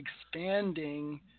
expanding